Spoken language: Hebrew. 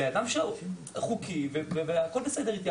ואדם שחוקי והכול בסדר איתי,